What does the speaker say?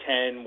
Ten